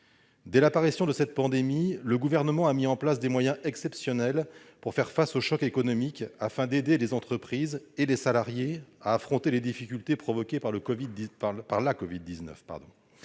Dès l'apparition de cette pandémie, le Gouvernement a mis en place des moyens exceptionnels pour faire face au choc économique, afin d'aider les entreprises et les salariés à affronter les difficultés provoquées par la Covid-19